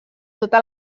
tota